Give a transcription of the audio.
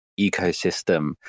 ecosystem